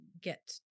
get